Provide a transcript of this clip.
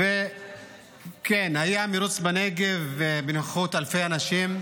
כן, היה מרוץ בנגב בנוכחות אלפי אנשים.